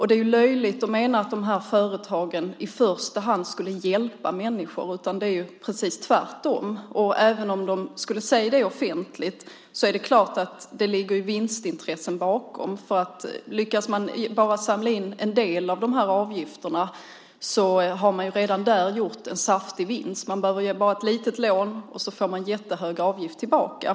Det är löjligt att mena att de här företagen i första hand skulle hjälpa människor. Det är precis tvärtom. Även om de skulle säga det offentligt, är det klart att det ligger vinstintressen bakom. Lyckas man bara samla in en del av de här avgifterna har man redan där gjort en saftig vinst. Man behöver bara ge ett litet lån, och sedan får man en jättehög avgift tillbaka.